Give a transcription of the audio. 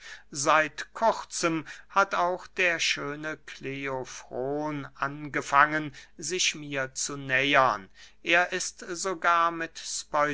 seit kurzem hat auch der schöne kleofron angefangen sich mir zu nähern er ist sogar mit